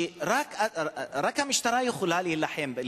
שרק המשטרה יכולה להילחם בהם.